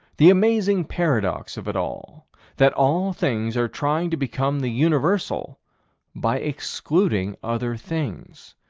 the amazing paradox of it all that all things are trying to become the universal by excluding other things.